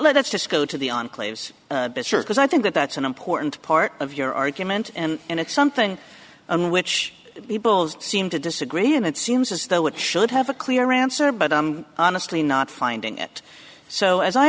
let's just go to the enclave's because i think that that's an important part of your argument and it's something on which we both seem to disagree and it seems as though it should have a clear answer but honestly not finding it so as i